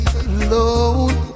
alone